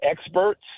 experts